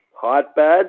hotbed